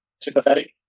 sympathetic